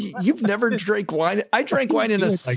you've never drank wine. i drank wine. and like